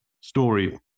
story